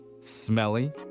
smelly